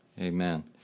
Amen